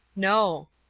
no.